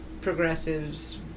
progressives